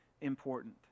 important